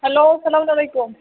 hello السلام علیکُم